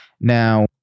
now